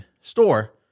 store